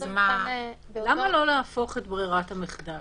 למה לא להפוך את ברירת המחדל?